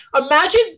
Imagine